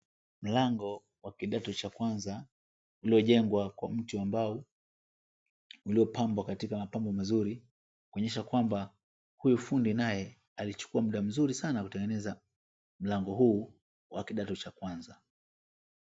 Mlango wa kidato cha kwanza, lililojengwa kwa mti wa mbao, uliopambwa katika mapambo mazuri. Kuonyesha kwamba huyu fundi naye alichukua muda mzuri kutengeneza mlango huu wa kidato cha kwanza.